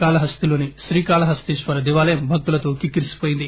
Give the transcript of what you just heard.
కాళహస్తిలోని శ్రీకాళహస్తీశ్వర దేవాలయం భక్తులతో కిక్కిరిసిపోయింది